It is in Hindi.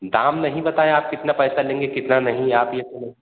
दाम नहीं बताएँ आप कितना पैसा लेंगे कितना नहीं आप ये सब